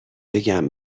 بگم